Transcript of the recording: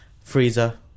Freezer